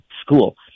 school